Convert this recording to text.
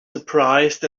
surprised